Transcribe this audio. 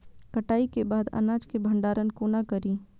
कटाई के बाद अनाज के भंडारण कोना करी?